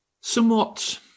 Somewhat